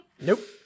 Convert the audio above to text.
Nope